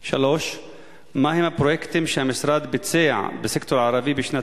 3. מהם הפרויקטים שהמשרד ביצע בסקטור הערבי בשנת